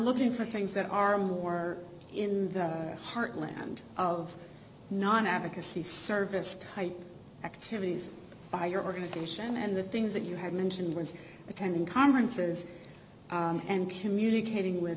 looking for things that are more in the heartland of non advocacy service type activities by your organization and the things that you have mentioned was attending conferences and